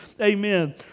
Amen